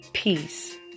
Peace